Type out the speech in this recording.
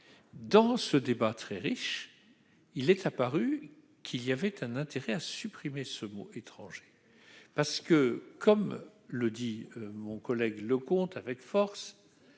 dans ce débat très riche, il est apparu qu'il y avait un intérêt à supprimer ce mot étranger parce que comme le dit mon collègue Leconte avec force,